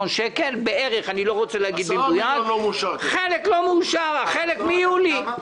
מהשוטף לא מאושר, החלק מיולי.